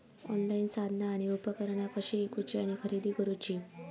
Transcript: Online साधना आणि उपकरणा कशी ईकूची आणि खरेदी करुची?